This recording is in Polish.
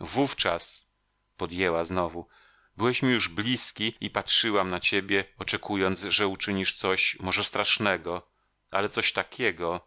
w ów czas podjęła znowu byłeś mi już blizki i patrzyłam na ciebie oczekując że uczynisz coś może strasznego ale coś takiego